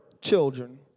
children